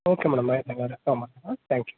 okay madam ಆಯ್ತು ಹಾಗಾದ್ರೆ ತಗೊಂಡು ಬರ್ತೀನಿ ಹಾಂ ತ್ಯಾಂಕ್ ಯು